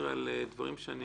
על דברים שאני